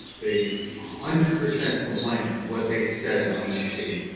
they hundred percent compliance is what they said on that page.